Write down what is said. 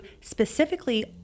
specifically